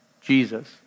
Jesus